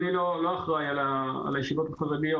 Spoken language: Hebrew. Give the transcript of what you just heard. אני לא אחראי על הישיבות החרדיות,